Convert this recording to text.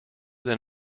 than